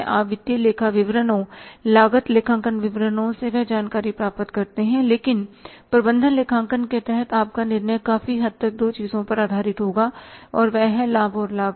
आप वित्तीय लेखा विवरणों लागत लेखांकन विवरणों से वह जानकारी प्राप्त करते हैं लेकिन प्रबंधन लेखांकन के तहत आपका निर्णय काफी हद तक दो चीजों पर आधारित होगा वह है लाभ और लागत